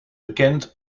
bekend